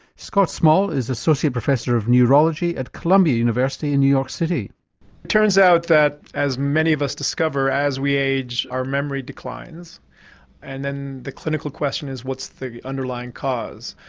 scott small is associate professor of neurology at columbia university in new york city. it turns out that as many of us discover as we age our memory declines and then the clinical question is what's the underlying cause?